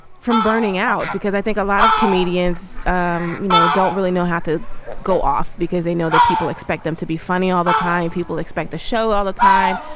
from burning out because i think a lot of comedians um you know don't really know how to go off because they know that people expect them to be funny all the time. people expect the show all the time.